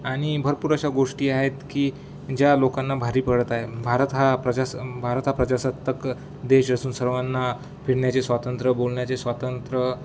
आनि भरपूर अशा गोष्टी आहेत की ज्या लोकांना भारी पडत आहे भारत हा प्रजास भारत हा प्रजासत्ताक देश असून सर्वांना फिरण्या्चे स्वातंत्र्य बोलण्याचे स्वातंत्र